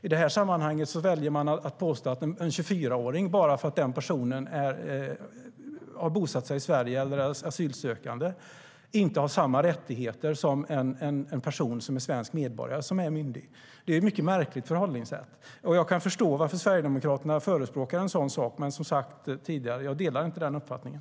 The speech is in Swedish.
I det här sammanhanget väljer man att påstå att en 24-åring bara för att den personen har bosatt sig i Sverige eller är asylsökande inte har samma rättigheter som en svensk medborgare som är myndig. Det är ett mycket märkligt förhållningssätt. Jag kan förstå varför Sverigedemokraterna förespråkar en sådan sak, men jag delar som sagt inte den uppfattningen.